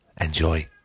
Enjoy